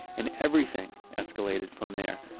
and everything escalated from there.